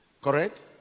Correct